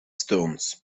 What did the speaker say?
stones